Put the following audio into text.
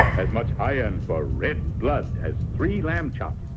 as much iron for red blood as three lamp chops,